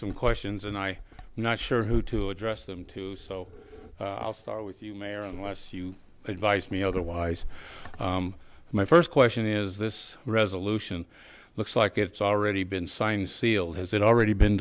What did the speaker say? some questions and i am not sure who to address them to so i'll start with you mayor unless you advise me otherwise my first question is this resolution looks like it's already been signed sealed has it already been